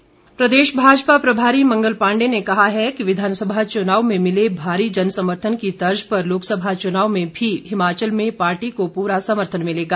मंगल पांडे प्रदेश भाजपा प्रभारी मंगल पांडे ने कहा है कि विधानसभा चुनाव में मिले भारी जन समर्थन की तर्ज़ पर लोकसभा चुनाव में भी हिमाचल में पार्टी को पूरा समर्थन मिलेगा